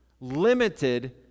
limited